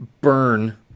burn